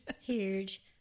huge